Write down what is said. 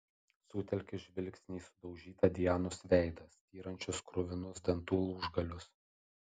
sutelkė žvilgsnį į sudaužytą dianos veidą styrančius kruvinus dantų lūžgalius